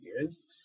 years